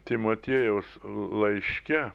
timotiejaus laiške